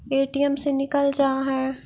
ATM से निकल जा है?